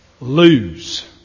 lose